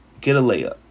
get-a-layup